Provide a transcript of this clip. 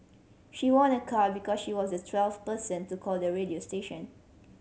she won a car because she was the twelfth person to call the radio station